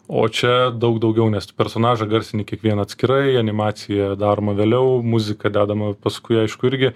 o čia daug daugiau nes personažą garsin kiekvieną atskirai animacija daroma vėliau muzika dedama paskui aišku irgi